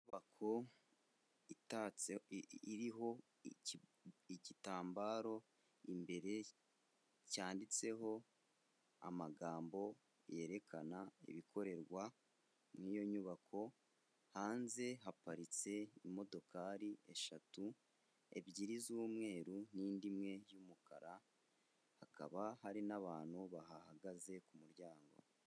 Inyubako itatse iriho igitambaro imbere cyanditseho amagambo yerekana ibikorerwa mu iyo nyubako, hanze haparitse imodokari eshatu ebyiri z'umweru n'indi imwe y'umukara hakaba hari n'abantu bahahagaze ku muryango.